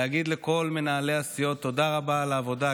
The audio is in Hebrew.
להגיד לכל מנהלי הסיעות תודה רבה על העבודה.